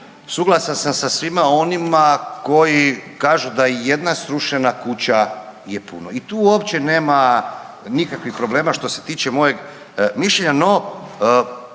Suglasan sam sa svima onima koji kažu da i jedna srušena kuća je puno. I tu uopće nema nikakvih problema što se tiče mojeg mišljenja. No,